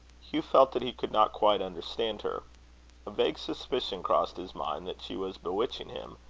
hugh felt that he could not quite understand her. a vague suspicion crossed his mind that she was bewitching him,